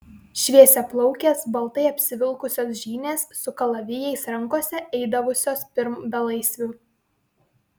šviesiaplaukės baltai apsivilkusios žynės su kalavijais rankose eidavusios pirm belaisvių